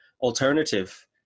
alternative